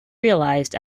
realised